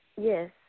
Yes